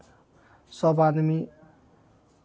सभ आदमी